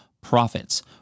Profits